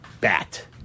Bat